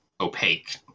opaque